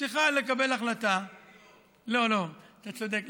צריכה לקבל החלטה, אני, לא, לא, אתה צודק.